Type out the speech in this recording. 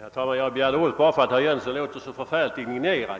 Herr talman! Jag begärde ordet bara för att herr Jönsson i Ingemarsgården lät så indignerad.